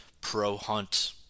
pro-hunt